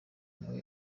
nawe